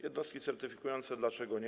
Jednostki certyfikujące, dlaczego nie.